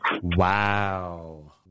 Wow